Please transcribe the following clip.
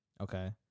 Okay